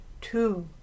Two